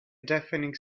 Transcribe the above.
deafening